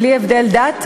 בלי הבדל דת,